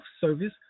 Service